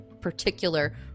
particular